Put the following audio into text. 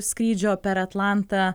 skrydžio per atlantą